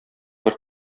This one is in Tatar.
бер